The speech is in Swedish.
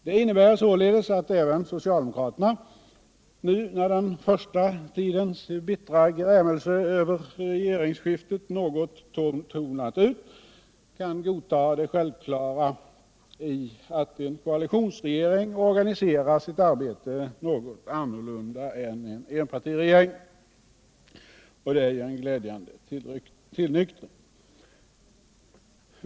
Det innebär således att även socialdemokraterna nu, när den första tidens bittra grämelse över regeringsskiftet något tonat ut, kan godta det självklara i att en koalitionsregering organiserar sitt arbete något annorlunda än en enpartiregering. Det är en glädjande tillnyktring.